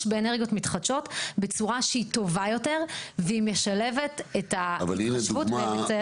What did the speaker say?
באנרגיות מתחדשות בצורה שהיא טובה יותר והיא משלבת את ההתחשבות בסביבה.